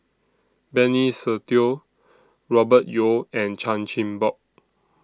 Benny Se Teo Robert Yeo and Chan Chin Bock